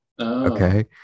okay